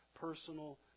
Personal